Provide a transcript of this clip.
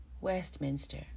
Westminster